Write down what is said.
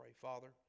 Father